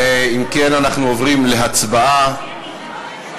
אם כן, אנחנו עוברים להצבעה שמית.